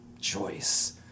choice